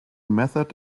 method